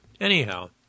Anyhow